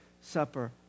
Supper